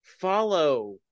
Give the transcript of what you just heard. follow